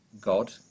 God